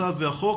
הצו והחוק,